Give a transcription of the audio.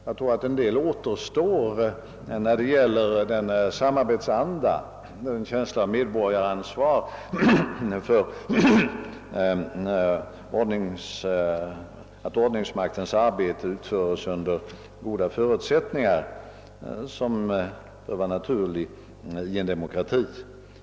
Jag tror att en del återstår att önska när det gäller den samarbetsanda, den känsla av medborgaransvar för att ordningsmaktens arbete utföres under goda förutsättningar, som bör vara naturlig i en demokrati.